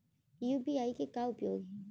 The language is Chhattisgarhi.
यू.पी.आई के का उपयोग हे?